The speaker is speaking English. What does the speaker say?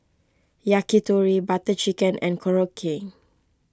Yakitori Butter Chicken and Korokke